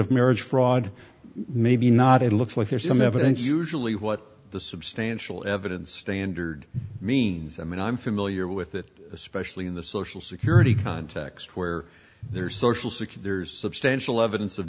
of marriage fraud maybe not it looks like there's some evidence usually what the substantial evidence standard means i mean i'm familiar with that especially in the social security context where there's social security or substantial evidence of